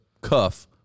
cuff